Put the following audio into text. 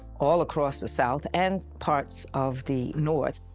all across the south, and parts of the north